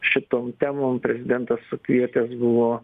šitom temom prezidentas sukvietęs buvo